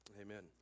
amen